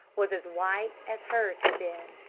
was as white as hers had been.